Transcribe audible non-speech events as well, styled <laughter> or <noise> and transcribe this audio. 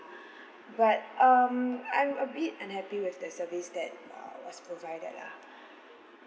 <breath> but um I'm a bit unhappy with the service that uh was provided lah